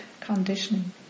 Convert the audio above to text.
conditioning